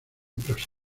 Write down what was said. prosa